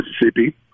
Mississippi